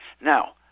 now